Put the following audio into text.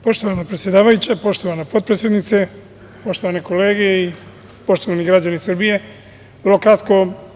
Poštovana predsedavajuća, poštovana potpredsednice, poštovane kolege i poštovani građani Srbije, vrlo kratko.